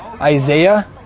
Isaiah